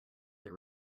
that